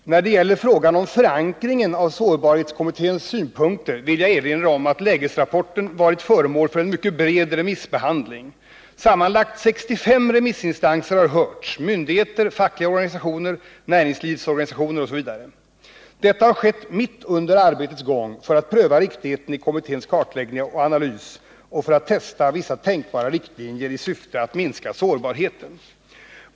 Herr talman! När det gäller frågan om förankringen av sårbarhetskommitténs synpunkter vill jag erinra om att lägesrapporten varit föremål för en mycket bred remissbehandling. Sammanlagt 65 remissinstanser har hörts: myndigheter, fackliga organisationer, näringslivets organisationer osv. Detta har skett mitt under arbetets gång för att pröva riktigheten av kommitténs kartläggning och analys och för att testa vissa tänkbara riktlinjer i syfte att minska sårbarheten.